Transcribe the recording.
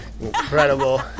incredible